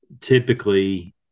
Typically